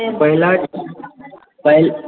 पहिला काल्हि